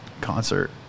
concert